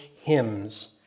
hymns